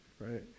right